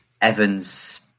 Evans